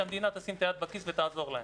שהמדינה תשים את היד בכיס ותעזור להן.